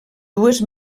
dues